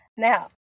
Now